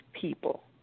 people